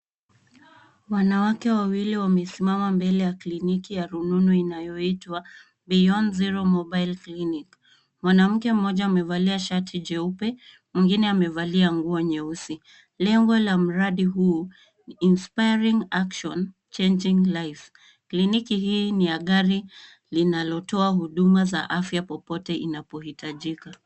Wanawake wawili wamesimama mbele ya kliniki ya rununu inayoitwa beyond zero mobile clinic . Mwanamke mmoja amevalia shati jeupe, mwingine amevalia nguo nyeusi. Lengo la mradi huu ni inspiring action, changing life . Kliniki hii ni ya gari linalotoa huduma za afya popote inapohitajika.